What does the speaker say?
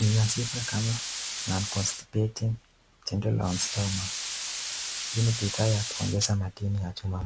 ina sifa kama non-constipating, gentle on stomach hii ni bidhaa ya kuongeza madini ya chuma mwilini.